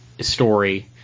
story